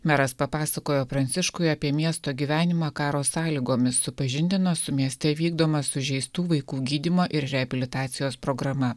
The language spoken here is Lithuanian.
meras papasakojo pranciškui apie miesto gyvenimą karo sąlygomis supažindino su mieste vykdoma sužeistų vaikų gydymo ir reabilitacijos programa